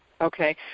Okay